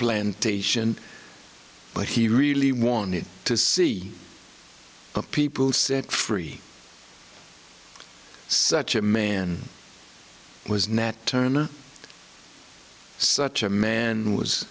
plantation but he really wanted to see people set free such a man was nat turner such a man was